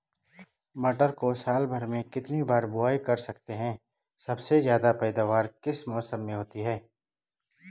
मटर को साल भर में कितनी बार बुआई कर सकते हैं सबसे ज़्यादा पैदावार किस मौसम में होती है?